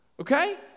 Okay